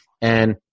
And-